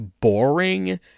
boring